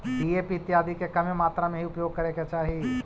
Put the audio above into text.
DAP इत्यादि के कमे मात्रा में ही उपयोग करे के चाहि